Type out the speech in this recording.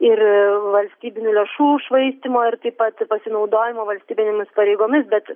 ir valstybinių lėšų švaistymo ir taip pat pasinaudojimo valstybinėmis pareigomis bet